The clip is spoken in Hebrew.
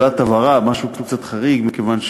3. מה הוא זמן ההמתנה הממוצע לקבלת מענה?